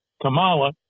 Kamala